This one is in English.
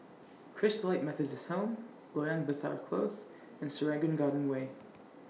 Christalite Methodist Home Loyang Besar Close and Serangoon Garden Way